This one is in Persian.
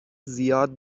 زیاد